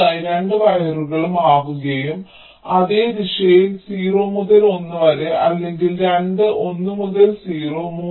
അടുത്തതായി രണ്ട് വയറുകളും മാറുകയും അതേ ദിശയിൽ 0 മുതൽ 1 വരെ അല്ലെങ്കിൽ രണ്ടും 1 മുതൽ 0